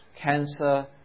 cancer